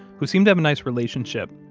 who seem to have a nice relationship,